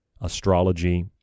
astrology